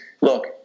look